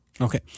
Okay